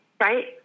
right